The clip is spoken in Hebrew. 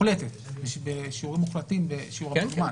מוחלטת בשיעורים מוחלטים, בשיעורי המזומן.